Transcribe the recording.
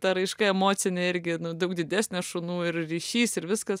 ta raiška emocinė irgi nu daug didesnė šunų ir ryšys ir viskas